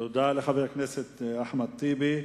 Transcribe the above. תודה לחבר הכנסת אחמד טיבי.